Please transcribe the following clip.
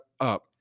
up